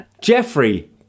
Jeffrey